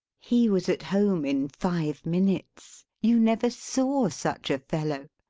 he was at home in five minutes. you never saw such a fellow.